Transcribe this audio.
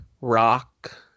rock